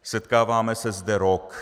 Setkáváme se zde rok.